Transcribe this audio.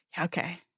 Okay